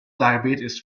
diabetes